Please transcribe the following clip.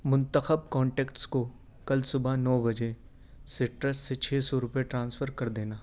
منتخب کانٹیکٹس کو کل صبح نو بجے سٹرس سے چھ سو روپئے ٹرانسفر کر دینا